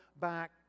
back